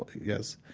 yes.